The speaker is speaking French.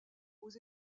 aux